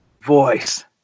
voice